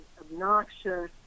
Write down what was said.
obnoxious